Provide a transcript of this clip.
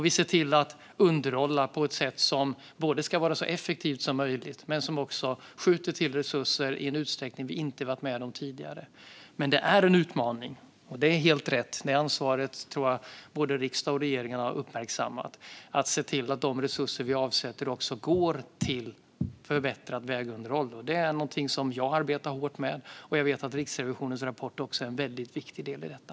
Vi ser till att underhålla på ett sätt som ska vara så effektivt som möjligt och som skjuter till resurser i en utsträckning vi inte har varit med om tidigare. Det är en utmaning, och det är helt rätt att både riksdagen och regeringen har uppmärksammat ansvaret att se till att de resurser som avsätts också går till förbättrat vägunderhåll. Jag arbetar hårt med detta, och jag vet att Riksrevisionens rapport också är en viktig del i detta.